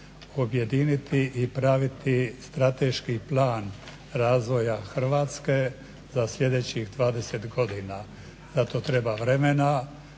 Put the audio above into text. objediniti i praviti strateški plan razvoja Hrvatske za sljedećih 20 godina. Za to treba vremena,